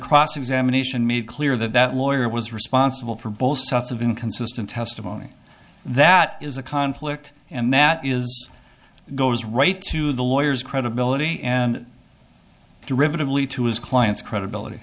cross examination made clear that that lawyer was responsible for both sets of inconsistent testimony that is a conflict and that is goes right to the lawyers credibility and derivative lead to his client's credibility